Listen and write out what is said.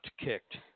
kicked